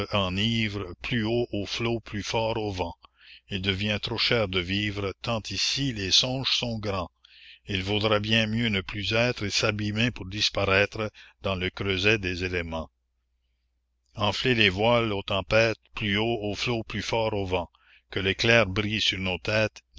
enivre plus haut ô flots plus fort ô vents il devient trop cher de vivre la commune tant ici les songes sont grands il vaudrait bien mieux ne plus être et s'abîmer pour disparaître dans le creuset des éléments enflez les voiles ô tempêtes plus haut ô flots plus fort ô vent que l'éclair brille sur nos têtes